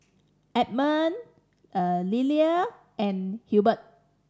Edmund Lillie and Hilbert